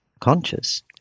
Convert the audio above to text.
conscious